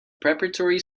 preparatory